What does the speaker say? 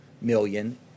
million